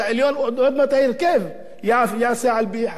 עוד מעט ההרכב ייעשה על-פי החליל שלה.